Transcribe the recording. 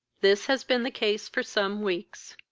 this has been the case for some weeks.